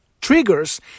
triggers